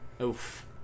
Oof